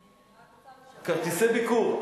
אני רק רוצה לשבח, כרטיסי ביקור.